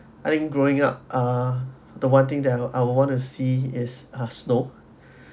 think growing up ah the one thing that I would want to see is ah snow